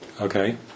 Okay